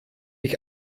ich